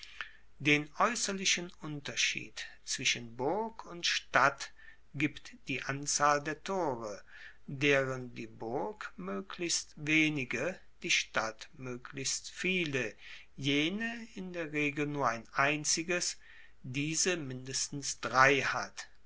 den aeusserlichen unterschied zwischen burg und stadt gibt die anzahl der tore deren die burg moeglichst wenige die stadt moeglichst viele jene in der regel nur ein einziges diese mindestens drei hat